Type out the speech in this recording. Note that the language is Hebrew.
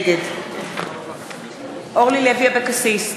נגד אורלי לוי אבקסיס,